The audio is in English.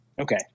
Okay